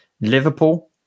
Liverpool